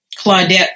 Claudette